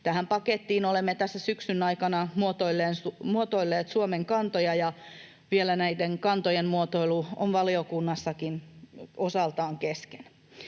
Tähän pakettiin olemme tässä syksyn aikana muotoilleet Suomen kantoja, ja näiden kantojen muotoilu on vielä valiokunnassakin osaltaan kesken.